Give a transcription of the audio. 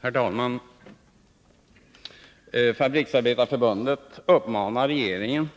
Herr talman! Fabriksarbetareförbundet uppmanar regeringen,